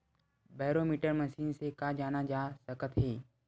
Barometer machine से का जाना जा सकत हे?